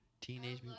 Teenage